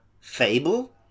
Fable